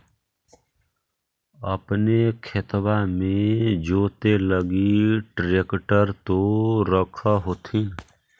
अपने खेतबा मे जोते लगी ट्रेक्टर तो रख होथिन?